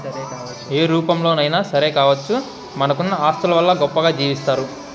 ఏ రూపంలోనైనా సరే కావచ్చు మనకున్న ఆస్తుల వల్ల గొప్పగా జీవిస్తారు